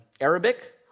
Arabic